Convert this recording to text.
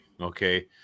okay